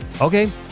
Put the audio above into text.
Okay